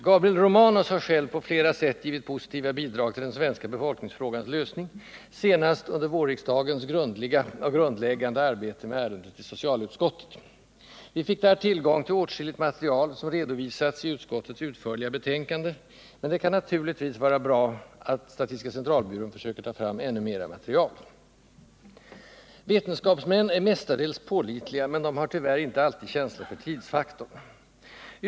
Gabriel Romanus har själv på flera sätt givit positiva bidrag till den svenska befolkningsfrågans lösning, senast under vårriksdagens grundliga och grundläggande arbete med ärendet i socialutskottet. Vi fick där tillgång till åtskilligt material, som redovisats i utskottets utförliga betänkande, men det kan naturligtvis vara bra att statistiska centralbyrån försöker ta fram ännu mera material. Vetenskapsmän är mestadels pålitliga, men de har tyvärr inte alltid känsla för tidsfaktorn.